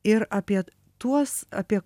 ir apie tuos apie